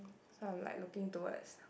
sort of like looking towards